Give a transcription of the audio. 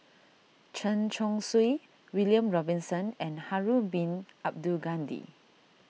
Chen Chong Swee William Robinson and Harun Bin Abdul Ghani